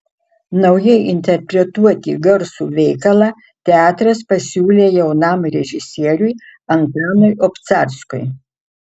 naujai interpretuoti garsų veikalą teatras pasiūlė jaunam režisieriui antanui obcarskui